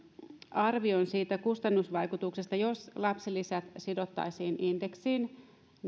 arvion siitä kustannusvaikutuksesta jos lapsilisät sidottaisiin indeksiin